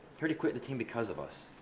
he already quit the team because of us!